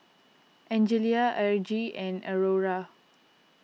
Angelia Argie and Aurora